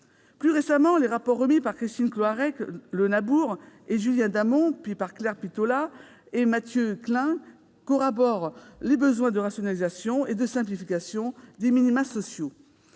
Plus récemment, les rapports remis par Christine Cloarec-Le Nabour et Julien Damon, puis par Claire Pitollat et Mathieu Klein corroborent les besoins de rationalisation et de simplification des minima sociaux.